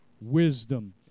wisdom